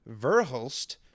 Verhulst